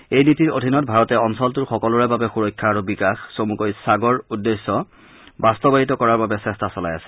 এই নীতিৰ অধীনত ভাৰতে অঞ্চলটোৰ সকলোৰে বাবে সুৰক্ষা আৰু বিকাশ চমুকৈ ছাগৰ উদ্দেশ্য বাস্তৱায়িত কৰাৰ বাবে চেষ্টা চলাই আছে